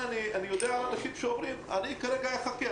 אני שומע אנשים שאומרים: "אני כרגע אחכה,